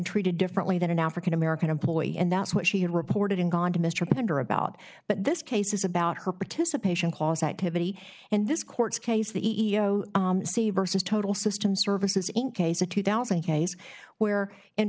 treated differently than an african american employee and that's what she had reported and gone to mr pender about but this case is about her participation cost activity and this court case the e o c versus total system services in case a two thousand case where and